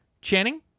Channing